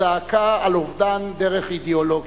זעקה על אובדן דרך אידיאולוגי.